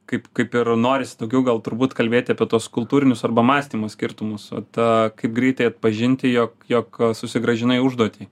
kaip kaip ir norisi daugiau gal turbūt kalbėti apie tuos kultūrinius arba mąstymo skirtumus o ta kaip greitai atpažinti jog jog susigrąžinai užduotį